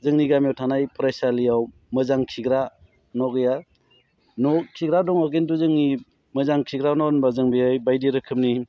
जोंनि गामियाव थानाय फरायसालियाव मोजां खिग्रा न' गैया न' खिग्रा दङ खिन्थु जोंनि मोजां खिग्रा न' होनबा जों बेवहाय बायदि रोखोमनि